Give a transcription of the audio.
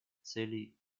целей